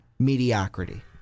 Mediocrity